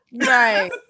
Right